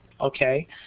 okay